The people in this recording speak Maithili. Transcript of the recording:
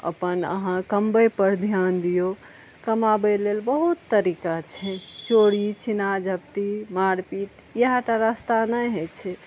अपन अहाँ कमबै पर ध्यान दियौ कमाबै लेल बहुत तरीका छै चोरी छीना झपटी मारपीट इहएटा रास्ता नहि होइ छै